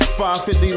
550